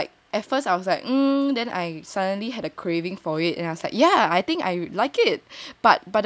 I I I loved it at first I was like mm then I suddenly had a craving for it and I was like ya I think I like it but but